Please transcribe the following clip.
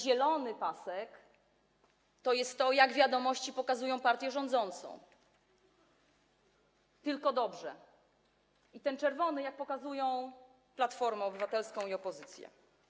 Zielony pasek pokazuje, jak „Wiadomości” pokazują partię rządzącą - tylko dobrze - czerwony - jak pokazują Platformę Obywatelską i opozycję.